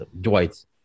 Dwight